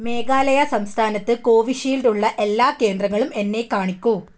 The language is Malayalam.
മേഘാലയ സംസ്ഥാനത്ത് കോവിഷീൽഡ് ഉള്ള എല്ലാ കേന്ദ്രങ്ങളും എന്നെ കാണിക്കൂ